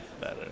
better